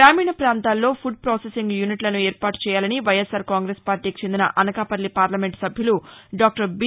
గ్రామీణ ప్రాంతాల్లో food processing యూనిట్లను ఏర్పాటు చేయాలని వైఎస్సార్ కాంగ్రెస్ పార్టీకి చెందిన అనకాపల్లి పార్లమెంట్ సభ్యులు డాక్టర్ బి